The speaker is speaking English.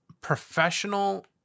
professional